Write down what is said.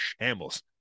shambles